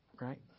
right